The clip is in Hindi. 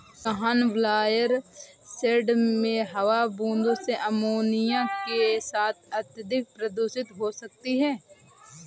गहन ब्रॉयलर शेड में हवा बूंदों से अमोनिया के साथ अत्यधिक प्रदूषित हो सकती है